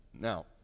Now